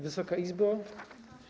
Wysoka Izbo!